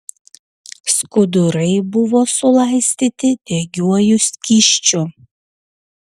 skudurai buvo sulaistyti degiuoju skysčiu